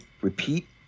repeat